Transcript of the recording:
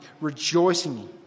rejoicing